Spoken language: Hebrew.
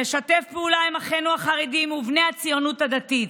נשתף פעולה עם אחינו החרדים ובני הציונות הדתית.